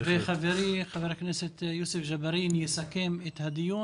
חברי חבר הכנסת יוסף ג'בארין יסכם את הדיון.